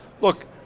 look